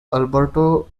alberto